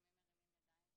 לפעמים מרימים ידיים.